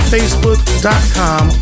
Facebook.com